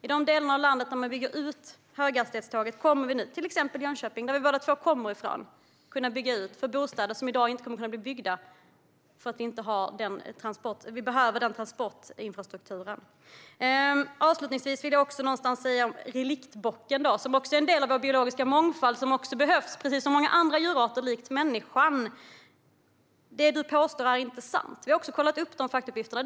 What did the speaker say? I de delar av landet där man bygger ut för höghastighetståg, till exempel Jönköping som vi båda kommer ifrån, kommer man att kunna bygga bostäder som i dag inte byggs eftersom det saknas en transportinfrastruktur. Jag vill avslutningsvis säga något om reliktbocken. Den är en del av vår biologiska mångfald, och den behövs precis som många andra djurarter liksom människan. Vad Mats Green påstår är inte sant. Vi har kollat upp även detta.